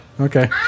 Okay